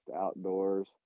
outdoors